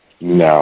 No